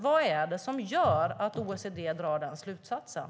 Vad är det som gör att OECD drar den slutsatsen?